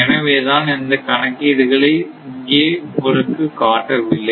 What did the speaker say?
எனவேதான் அந்த கணக்கீடுகளை இங்கே உங்களுக்கு காட்டவில்லை